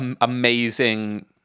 amazing